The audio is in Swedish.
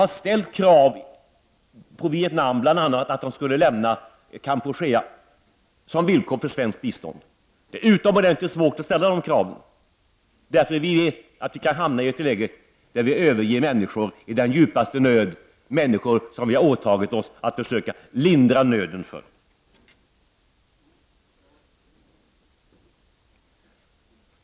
Som villkor för svenskt bistånd har vi bl.a. ställt kravet att Vietnam skulle lämna Kampuchea. Det är utomordentligt svårt att ställa det kravet, eftersom vi vet att vi kan hamna i ett läge där vi överger människor i den djupaste nöd, människor som vi har åtagit oss att försöka lindra nöden för.